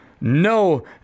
no